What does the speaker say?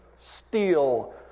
steel